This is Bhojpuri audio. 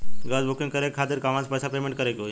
गॅस बूकिंग करे के खातिर कहवा से पैसा पेमेंट करे के होई?